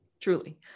truly